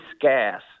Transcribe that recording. gas